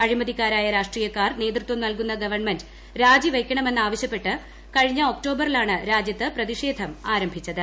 അഴിമതിക്കാരായ രാഷ്ട്രീയക്കാർ നേതൃത്വം നൽകുന്ന ഗവൺമെന്റ് രാജിവയ്ക്കണമെന്ന് ആവശ്യപ്പെട്ട് കഴിഞ്ഞ ഒക്ടോബറിലാണ് രാജ്യത്ത് പ്രതിഷേധം ആരംഭിച്ചത്